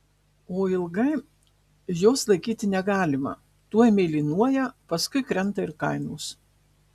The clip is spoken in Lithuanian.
o ilgai jos laikyti negalima tuoj mėlynuoja paskui krenta ir kainos